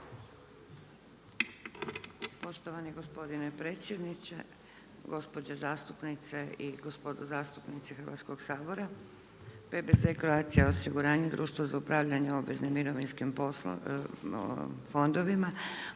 Poštovani gospodine predsjedniče, gospođe zastupnice i gospodo zastupnici Hrvatskog sabora. PBZ Croatia osiguranje Društvo za upravljanje obveznim mirovinskim fondovima